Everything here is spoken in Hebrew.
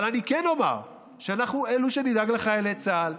אבל אני כן אומר שאנחנו אלה שנדאג לחיילי צה"ל,